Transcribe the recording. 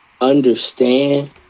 understand